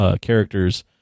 characters